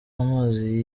amazi